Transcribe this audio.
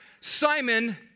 Simon